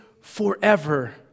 forever